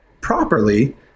properly